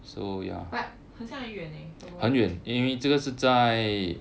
but 很像很很远 leh